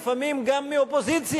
לפעמים גם מהאופוזיציה,